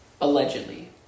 allegedly